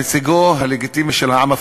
נציגו הלגיטימי של העם הפלסטיני,